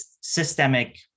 systemic